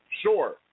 Sure